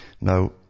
Now